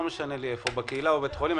לא משנה לי איפה אם בקהילה או בבית החולים.